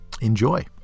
enjoy